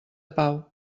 pau